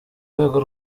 rwego